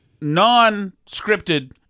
non-scripted